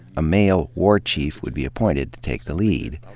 a male war chief would be appointed to take the lead.